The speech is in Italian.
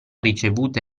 ricevute